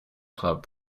club